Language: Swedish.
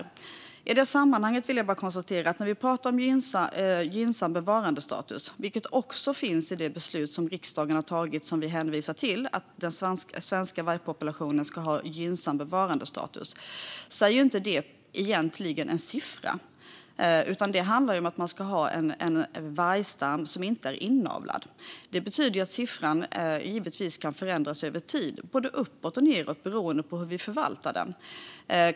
I det här sammanhanget vill jag konstatera något. När vi pratar om att den svenska vargpopulationen ska ha en gynnsam bevarandestatus, vilket också finns i det beslut som riksdagen har tagit och som vi hänvisar till, handlar det egentligen inte om en siffra utan om att man ska ha en vargstam som inte är inavlad. Det betyder att siffran givetvis kan förändras över tid, både uppåt och nedåt, beroende på hur vi förvaltar den.